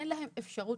אין להם אפשרות